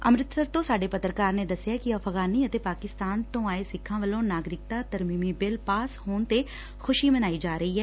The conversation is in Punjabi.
ਅੰਮਿਤਸਰ ਤੋਂ ਸਾਡੇ ਪੱਤਰਕਾਰ ਨੇ ਦਸਿਐ ਕਿ ਅਫ਼ਗਾਨੀ ਅਤੇ ਪਾਕਿਸਤਾਨ ਤੋਂ ਆਏ ਸਿੱਖਾਂ ਵੱਲੋਂ ਨਾਗਰਿਕਤਾ ਤਰਮੀਮੀ ਬਿੱਲ ਪਾਸ ਹੋਣ ਤੇ ਖੁਸ਼ੀ ਮਨਾਈ ਜਾ ਰਹੀ ਐ